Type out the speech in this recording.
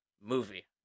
movie